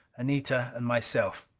anita and myself.